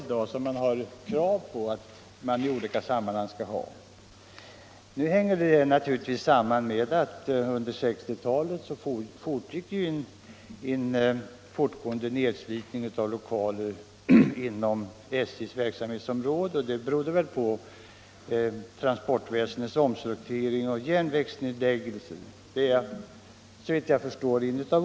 Under 1960-talet pågick en fortgående nedslitning av lokalerna inom SJ:s verksamhetsområde beroende på transportväsendets omstrukturering och järnvägsnedläggelserna.